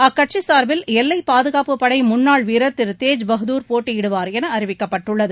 அக்கட்சி சார்பில் எல்லைப் பாதுகாப்பு படை முன்னாள் வீரர் திரு தேஜ் பகதுர் போட்டியிடுவார் என அறிவிக்கப்பட்டுள்ளது